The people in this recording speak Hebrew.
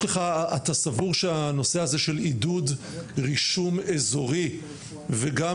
אתה סבור שהנושא הזה של עידוד רישום אזורי וגם